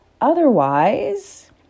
Otherwise